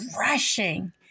rushing